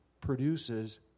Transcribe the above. produces